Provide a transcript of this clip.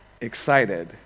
excited